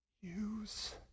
Use